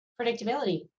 predictability